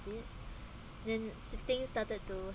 then the things started to